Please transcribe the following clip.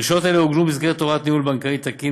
דרישות אלה עוגנו במסגרת הוראת ניהול בנקאי תקין